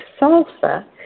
salsa